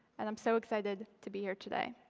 and i'm so excited to be here today.